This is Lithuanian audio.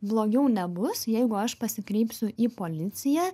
blogiau nebus jeigu aš pasikreipsiu į policiją